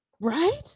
right